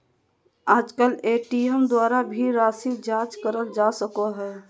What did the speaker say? आजकल ए.टी.एम द्वारा भी राशी जाँच करल जा सको हय